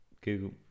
Google